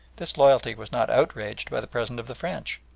this loyalty was not outraged by the presence of the french.